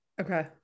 Okay